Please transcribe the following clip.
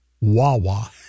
Wawa